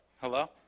Hello